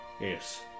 yes